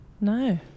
No